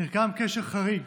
נרקם קשר חריג.